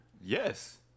Yes